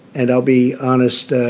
and i'll be honest. ah